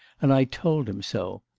and i told him so.